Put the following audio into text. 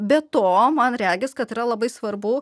be to man regis kad yra labai svarbu